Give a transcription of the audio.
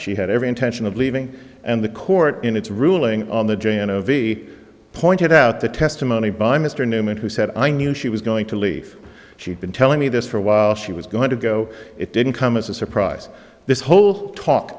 she had every intention of leaving and the court in its ruling on the j n o v pointed out the testimony by mr newman who said i knew she was going to leave she had been telling me this for a while she was going to go it didn't come as a surprise this whole talk